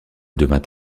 devient